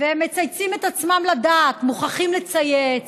והם מצייצים את עצמם לדעת, מוכרחים לצייץ,